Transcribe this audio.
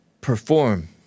perform